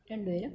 രണ്ടുപേരും